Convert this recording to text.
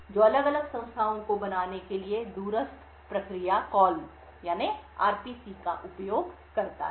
जो अलग अलग संस्थाओं को बनाने के लिए दूरस्थ प्रक्रिया कॉल या RPC का उपयोग करता है